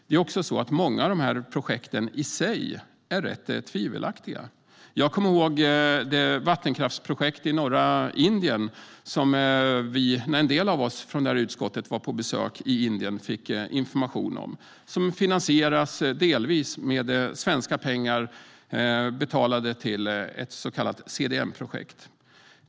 Det är också så att många av dessa projekt i sig är rätt tvivelaktiga. Jag kommer ihåg det vattenkraftsprojekt i norra Indien som en del av oss från utskottet när vi var på besök i Indien fick information om. Det finansieras delvis med svenska pengar betalade till ett så kallad CDM-projekt.